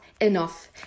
enough